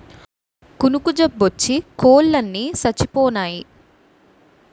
కునుకు జబ్బోచ్చి కోలన్ని సచ్చిపోనాయి